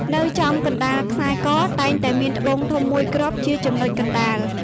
នៅចំកណ្តាលខ្សែក តែងតែមានត្បូងធំមួយគ្រាប់ជាចំណុចកណ្តាល។